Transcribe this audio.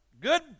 Good